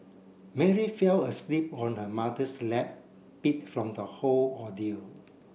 Mary fell asleep on her mother's lap beat from the whole ordeal